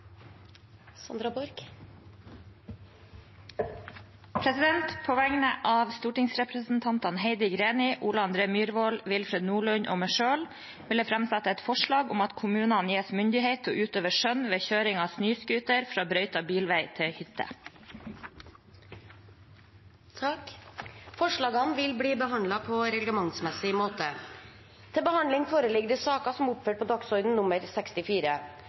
Sandra Borch vil framsette et representantforslag. På vegne av stortingsrepresentantene Heidi Greni, Ole André Myhrvold, Willfred Nordlund og meg selv vil jeg framsette et forslag om at kommunene gis myndighet til å utøve skjønn ved kjøring av snøscooter fra brøytet bilvei til hytte. Forslagene vil bli behandlet på reglementsmessig måte. Før sakene på dagens kart tas opp til behandling,